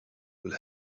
will